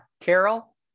Carol